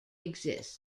exists